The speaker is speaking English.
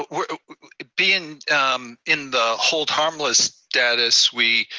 ah being in the hold harmless status, we